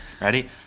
Ready